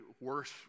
worse